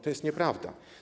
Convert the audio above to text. To jest nieprawda.